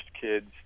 kids